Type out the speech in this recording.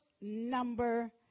number